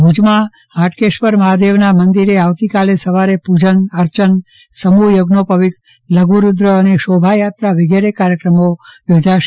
ભુજમાં હાટકેશ્વર મહાદેવના મંદિરે આવતી કાલે સવારે પુજન અર્ચન સમુહ યજ્ઞોપવિત લધુરૂદ્ર અને શોભાયાત્રા વિગેરે કાર્યક્રમો યોજાસે